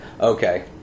Okay